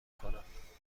کنم